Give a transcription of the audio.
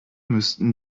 müssten